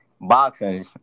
Boxing